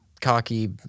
cocky